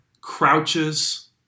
crouches